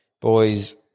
Boys